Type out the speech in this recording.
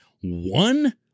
one